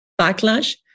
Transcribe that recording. backlash